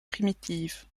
primitives